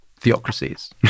theocracies